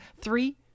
three